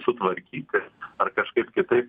sutvarkyti ar kažkaip kitaip